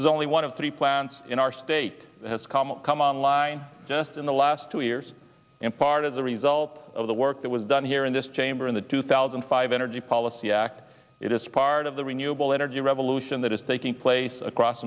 is only one of three plants in our state has come up come on line just in the last two years in part as a result of the work that was done here in this chamber in the two thousand and five energy policy act it is part of the renewable energy revolution that is taking place across